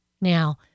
Now